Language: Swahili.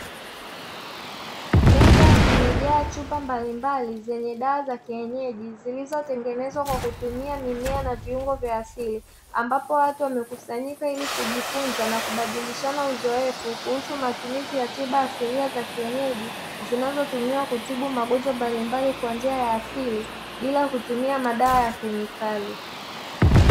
Meza zimejaa chupa mbalimbali zenye dawa za kienyeji zilizotengenezwa kwa kutumia mimea na viungo vya asili. Ambapo watu wamekusanyika ili kujifunza na kubadilisha uzoefu kuhusu matumizi ya tiba asilia za kienyeji, zinazotumiwa kutibu magonjwa mbalimbali kwa njia ya asili bila kutumia madawa ya kemikali.